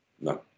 no